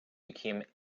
became